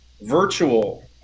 virtual